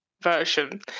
version